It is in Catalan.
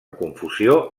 confusió